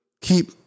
keep